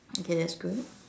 okay that's good